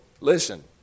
listen